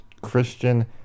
Christian